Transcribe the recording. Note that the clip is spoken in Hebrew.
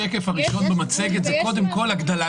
השקף הראשון במצגת הוא קודם כול הגדלת ההיצע.